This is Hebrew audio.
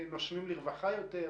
הם נושמים לרווחה יותר?